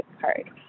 card